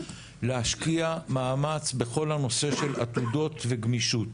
להשקיע מאמץ בכל הנושא של עתודות וגמישות.